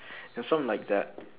ya something like that